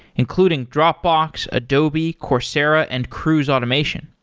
including dropbox, adobe, coursera and cruise automation.